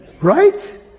Right